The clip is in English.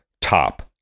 top